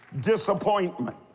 Disappointment